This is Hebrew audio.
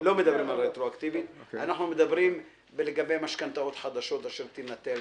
מדברים לגבי משכנתאות חדשות אשר תינתנה.